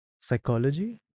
psychology